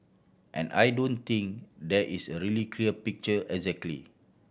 and I don't think there is a really clear picture exactly